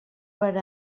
per